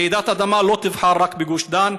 רעידת האדמה לא תבחר רק בגוש דן,